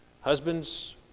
Husbands